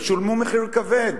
ושילמו מחיר כבד,